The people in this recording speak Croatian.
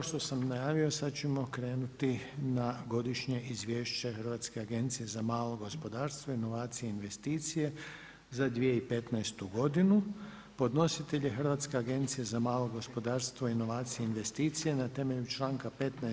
I kao što sam najavio sad ćemo krenuti na - Godišnje izvješće Hrvatske agencije za malo gospodarstvo, inovacije i investicije za 2015. godinu Podnositelj je Hrvatska agencija za malo gospodarstvo, inovacije i investicije na temelju članka 15.